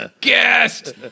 guest